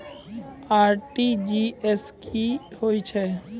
RTGS की होय छै?